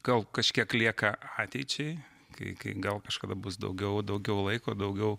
gal kažkiek lieka ateičiai kai kai gal kažkada bus daugiau daugiau laiko daugiau